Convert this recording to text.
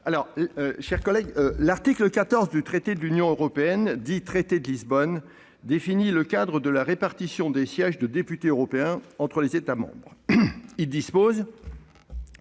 pour la motion. L'article 14 du traité sur l'Union européenne, dit « traité de Lisbonne », définit le cadre de la répartition des sièges de députés européens entre les États membres :« Le